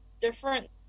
different